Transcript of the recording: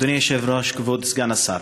אדוני היושב-ראש, כבוד סגן השר,